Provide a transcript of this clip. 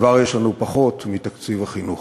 כבר יש לנו פחות מתקציב החינוך.